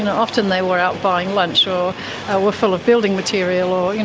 and often they were out buying lunch or were full of building material or, you